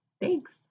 Thanks